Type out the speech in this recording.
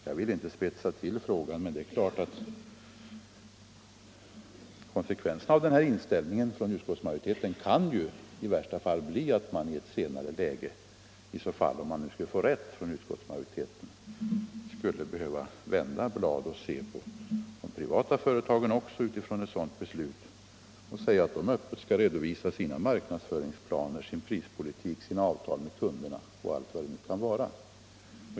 — Jag vill inte spetsa till frågan, men det är klart att konsekvensen av denna inställning från utskottsmajoriteten i värsta fall kan bli att man i ett senare läge — om utskottsmajoriteten skulle få rätt — skulle behöva ”vända blad” och se på de privata företagen utifrån ett sådant beslut och kräva att också de skall öppet redovisa sina marknadsföringsplaner, sin prispolitik, sina avtal med kunderna och allt vad det kan vara.